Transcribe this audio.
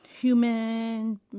human